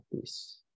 peace